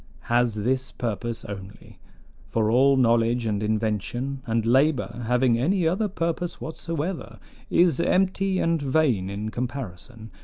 has this purpose only for all knowledge and invention and labor having any other purpose whatsoever is empty and vain in comparison,